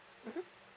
mmhmm